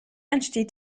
entsteht